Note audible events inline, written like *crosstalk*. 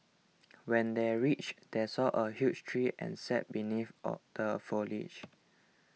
when they reached they saw a huge tree and sat beneath *unintelligible* the foliage